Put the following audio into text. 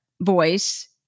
voice